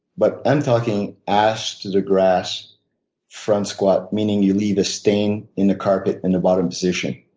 but i'm talking ass to the grass front squat, meaning you leave a stain in the carpet in the bottom position.